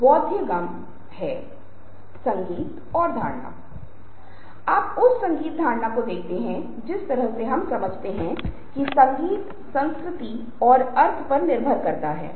हालाँकि यदि आप कुछ अतिरिक्त सामग्री रखना चाहते हैं तो आप हमेशा उन संसाधनों की जाँच कर सकते हैं जिन्हें मैं आपके साथ साझा कर रहा हूँ